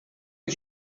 die